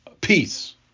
peace